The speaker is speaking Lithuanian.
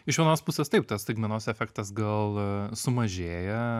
iš vienos pusės taip tas staigmenos efektas gal sumažėja